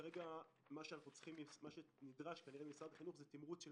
כרגע מה שנדרש כנראה ממשרד החינוך הוא תמרוץ של